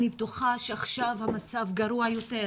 אני בטוחה שעכשיו המצב גרוע יותר,